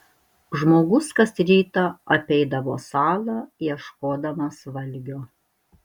žmogus kas rytą apeidavo salą ieškodamas valgio